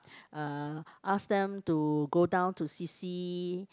uh ask them to go down to C_C